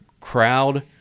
crowd